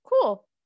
cool